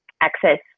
access